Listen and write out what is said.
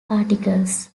articles